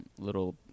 little